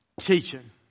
teaching